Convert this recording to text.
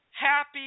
Happy